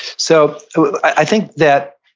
so so i think that